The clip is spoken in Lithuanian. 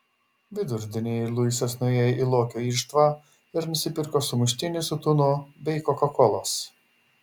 vidurdienį luisas nuėjo į lokio irštvą ir nusipirko sumuštinį su tunu bei kokakolos